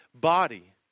body